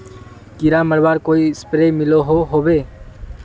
कीड़ा मरवार कोई स्प्रे मिलोहो होबे?